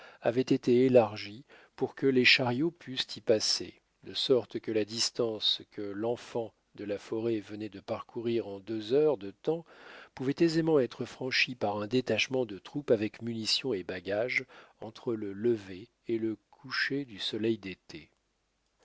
avait été élargi pour que les chariots pussent y passer de sorte que la distance que l'enfant de la forêt venait de parcourir en deux heures de temps pouvait aisément être franchie par un détachement de troupes avec munitions et bagages entre le lever et le coucher du soleil d'été